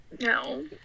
No